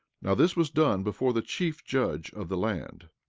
now this was done before the chief judge of the land.